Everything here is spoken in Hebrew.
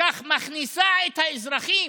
וכך מכניסה את האזרחים